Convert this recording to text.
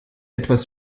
etwas